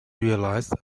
realized